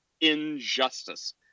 injustice